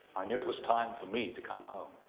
i knew it was time for me to come home.